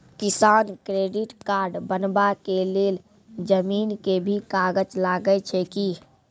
किसान credit card बनबा के लेल जमीन के भी कागज लागै छै कि?